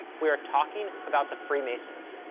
we are talking about the freemasons,